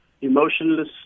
emotionless